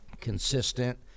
consistent